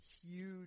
Huge